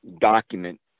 document